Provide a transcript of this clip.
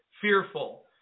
fearful